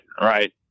right